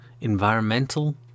Environmental